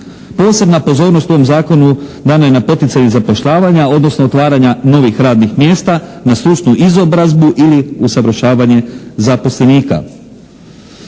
Posebna pozornost u ovom zakonu dana je na poticaj zapošljavanja, odnosno otvaranja novih radnih mjesta na stručnu izobrazbu ili usavršavanje zaposlenika.